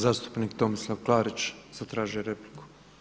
Zastupnik Tomislav Klarić zatražio je repliku.